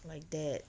like that